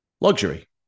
luxury